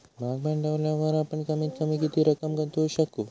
भाग भांडवलावर आपण कमीत कमी किती रक्कम गुंतवू शकू?